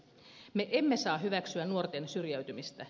me emme saa hyväksyä nuorten syrjäytymistä